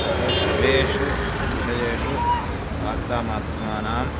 अतः सर्वेषु विषयेषु वार्तामाध्यमानां